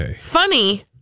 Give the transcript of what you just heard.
funny